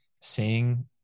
seeing